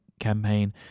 campaign